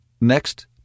Next